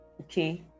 okay